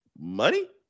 money